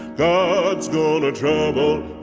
god's gonna trouble